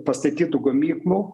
pastatytų gamyklų